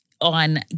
on